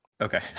okay